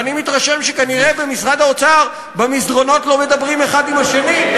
ואני מתרשם שכנראה במשרד האוצר במסדרונות לא מדברים אחד עם השני,